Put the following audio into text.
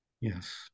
Yes